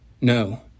No